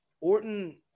Orton